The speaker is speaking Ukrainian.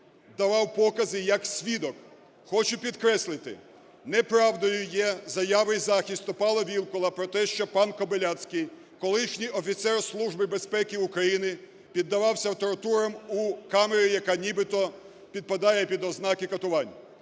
давав покази як свідок. Хочу підкреслити, неправдою є заяви захисту пана Вілкула про те, що пан Кобиляцький, колишній офіцер Служби безпеки України, піддавався тортурам у камері, яка нібито підпадає під ознаки катувань.